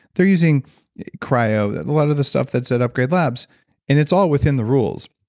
they're using cryo and a lot of the stuff that's at upgrade labs and it's all within the rules,